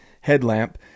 headlamp